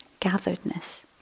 gatheredness